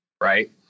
right